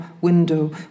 window